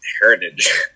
heritage